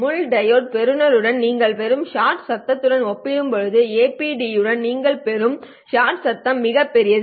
முள் டையோடு பெறுநருடன் நீங்கள் பெறும் ஷாட் சத்தத்துடன் ஒப்பிடும்போது APD உடன் நீங்கள் பெறும் ஷாட் சத்தம் மிகப் பெரியது